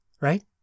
Right